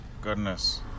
goodness